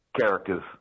characters